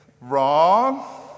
Wrong